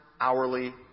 hourly